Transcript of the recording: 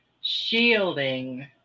Shielding